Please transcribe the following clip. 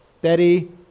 Betty